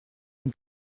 une